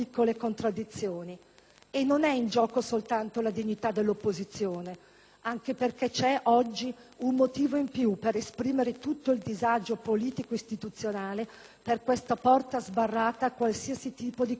E non è in gioco soltanto la dignità dell'opposizione, anche perché, oggi, c'è un motivo in più per esprimere tutto il disagio politico e istituzionale per questa porta sbarrata a qualsiasi tipo di confronto di merito.